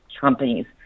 companies